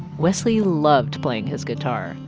wesley loved playing his guitar.